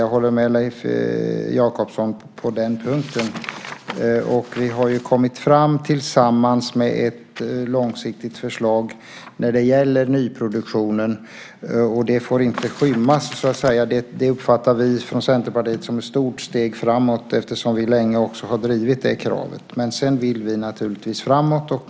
Jag håller med Leif Jakobsson på den punkten. Och vi har ju kommit fram tillsammans med ett långsiktigt förslag när det gäller nyproduktionen, och det får inte skymmas, så att säga. Det uppfattar vi från Centerpartiet som ett stort steg framåt eftersom vi länge har drivit det kravet. Men sedan vill vi naturligtvis framåt.